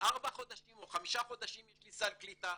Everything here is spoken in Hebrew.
ארבעה או חמישה חודשים יש לי סל קליטה,